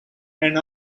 and